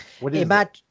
Imagine